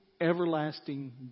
everlasting